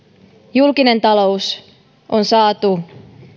julkinen talous on saatu